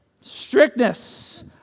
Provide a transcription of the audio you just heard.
Strictness